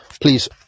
Please